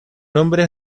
nombre